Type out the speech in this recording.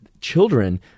children